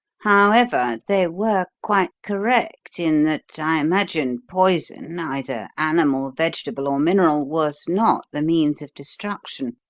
however, they were quite correct in that, i imagine, poison, either animal, vegetable, or mineral, was not the means of destruction.